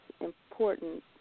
important